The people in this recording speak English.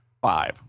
Five